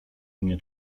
mnie